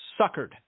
suckered